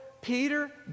Peter